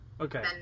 Okay